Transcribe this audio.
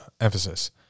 emphasis